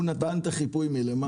הוא נתן את החיפוי מלמעלה.